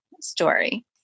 story